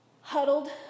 huddled